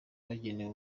bagenewe